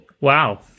Wow